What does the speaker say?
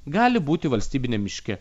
gali būti valstybiniam miške